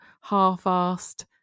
half-assed